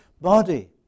body